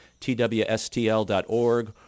twstl.org